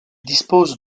dispose